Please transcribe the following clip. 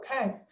Okay